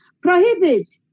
Prohibit